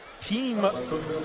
team